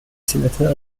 sénateur